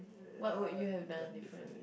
what would you have done differently